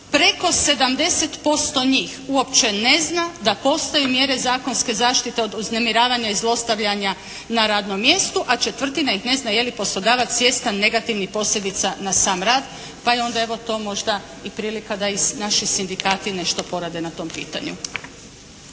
preko 70% njih uopće ne zna da postoje mjere zakonske zaštite od uznemiravanja i zlostavljanja na radnom mjestu a četvrtina ih ne zna je li poslodavac svjestan negativnih posljedica na sam rad, pa je onda evo to možda i prilika da naši sindikati nešto porade na tom pitanju.